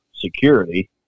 security